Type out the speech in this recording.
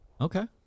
Okay